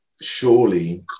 surely